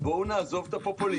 בואו נעזוב את הפופוליזם.